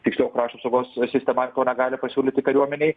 tiksliau krašto apsaugos sistema to negali pasiūlyti kariuomenei